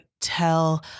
tell